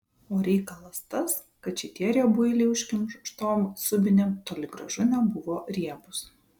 o reikalas tas kad šitie riebuiliai užkimštom subinėm toli gražu nebuvo riebūs